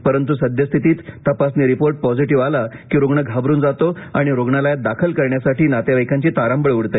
परंतू सद्य स्थितीत तपासणी रिपोर्ट पॉझिटीव्ह आला की रुग्ण घाबरून जातो आणि रुग्णालयात दाखल करण्यासाठी नातेवाईकांची तारांबळ उडते